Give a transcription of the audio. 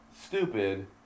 stupid